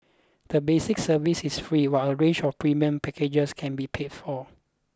the basic service is free while a range of premium packages can be paid for